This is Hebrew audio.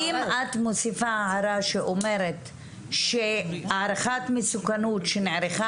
אם את מוסיפה הערה שאומרת שהערכת מסוכנות שנערכה